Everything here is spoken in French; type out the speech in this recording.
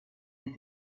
les